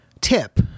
tip